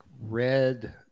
red